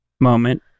moment